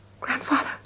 Grandfather